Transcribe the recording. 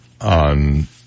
on